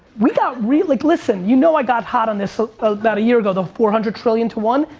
we got, really, like listen. you know i got hot on this sort of about a year ago. the four hundred trillion to one.